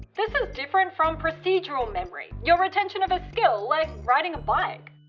this is different from procedural memory your retention of a skill, like riding a bike.